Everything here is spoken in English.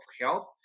health